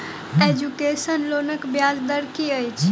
Education लोनक ब्याज दर की अछि?